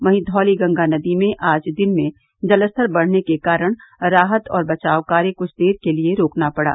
वहीं धौली गंगा नदी में आज दिन में जलस्तर बढ़ने के कारण राहत और बचाव कार्य कुछ देर के लिये रोकना पड़ा